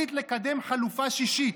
החליט לקדם חלופה שישית,